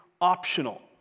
optional